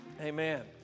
Amen